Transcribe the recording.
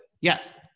Yes